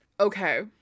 Okay